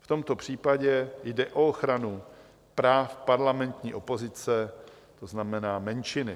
V tomto případě jde o ochranu práv parlamentní opozice, to znamená menšiny.